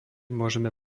môžeme